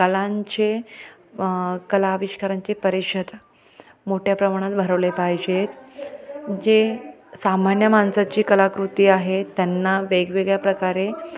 कलांचे कला आविष्कारांचे परिषद मोठ्या प्रमाणात भरवले पाहिजेत जे सामान्य माणसाची कलाकृती आहे त्यांना वेगवेगळ्या प्रकारे